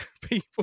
people